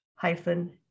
hyphen